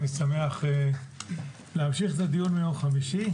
אני שמח להמשיך את הדיון מיום חמישי.